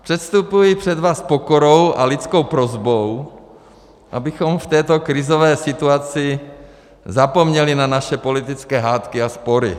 Předstupuji před vás s pokorou a lidskou prosbou, abychom v této krizové situaci zapomněli na naše politické hádky a spory.